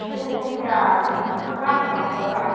ꯍꯔꯤꯕꯣꯞꯁꯦ ꯀꯌꯥ ꯃꯉꯥꯒꯨꯝꯕ ꯍꯥꯞꯄꯛꯎꯔ